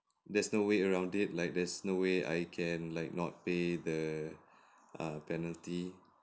there's no way around it like there's no way I can like not pay the err penalty